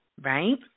right